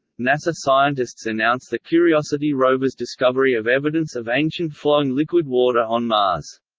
nasa scientists announce the curiosity rover's discovery of evidence of ancient flowing liquid water on mars.